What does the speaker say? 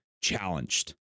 challenged